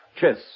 chess